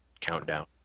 countdown